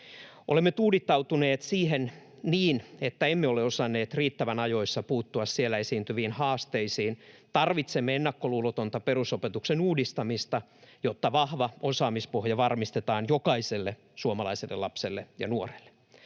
Olemme tuudittautuneet siihen niin, että emme ole osanneet riittävän ajoissa puuttua siellä esiintyviin haasteisiin. Tarvitsemme ennakkoluulotonta perusopetuksen uudistamista, jotta vahva osaamispohja varmistetaan jokaiselle suomalaiselle lapselle ja nuorelle.